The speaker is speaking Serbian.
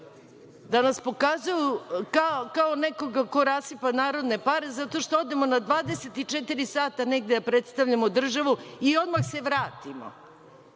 da nas pokazuju kao nekoga ko rasipa narodne pare zato što odemo na 24 sata negde da predstavljamo državu i odmah se vratimo.